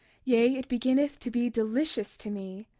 yea, it beginneth to be delicious to me.